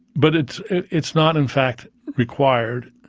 but it's it's not in fact required.